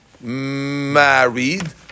married